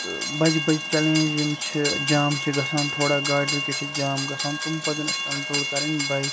تہٕ بَجہِ بَجہِ چَلینج یِم چھِ جام چھِ گژھان تھوڑا گاڑِ رُکِتھ چھِ جام گَژھان تِم پَزَن اسہِ کَنٹرٛوٗل کَرٕنۍ بَے